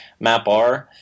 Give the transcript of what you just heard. MapR